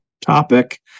topic